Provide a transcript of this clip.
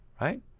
right